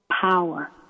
power